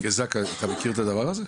חיים, אתה מכיר את הדבר הזה,